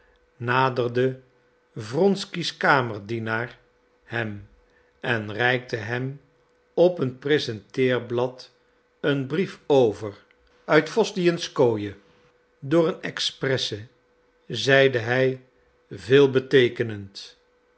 naderde wronsky's kamerdienaar hem en reikte hem op een presenteerblad een brief over uit wosdwijenskoje door een expresse zeide hij